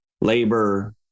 labor